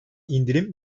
indirim